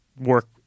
work